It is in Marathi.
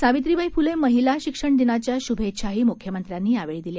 सावित्रीबाई फुले महिला शिक्षण दिनाच्या शुभेच्छाही मुख्यमंत्र्यांनी यावेळी दिल्या